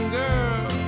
girl